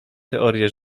teorię